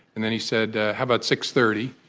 and then he said, how about six thirty?